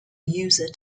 user